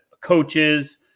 coaches –